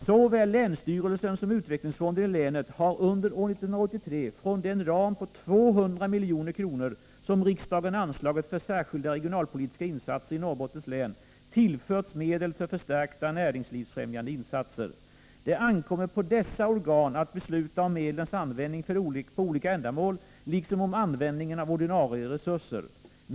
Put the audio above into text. Såväl länsstyrelsen som utvecklingsfonden i länet har under år 1983 från den ram på 200 milj.kr. som riksdagen anslagit för särskilda regionalpolitiska insatser i Norrbottens län tillförts medel för förstärkta näringslivsfrämjande insatser. Det ankommer på dessa organ att besluta om medlens användning för olika ändamål liksom om användningen av ordinarie resurser.